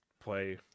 play